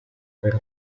aver